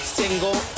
single